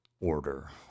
order